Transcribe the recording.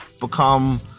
Become